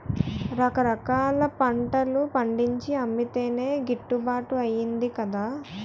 రకరకాల పంటలు పండించి అమ్మితేనే గిట్టుబాటు అయ్యేది కదా